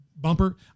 bumper